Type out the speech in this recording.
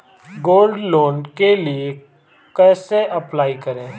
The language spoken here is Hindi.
गोल्ड लोंन के लिए कैसे अप्लाई करें?